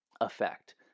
effect